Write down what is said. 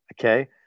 okay